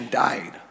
died